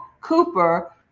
Cooper